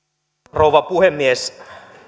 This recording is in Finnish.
rouva puhemies